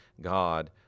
God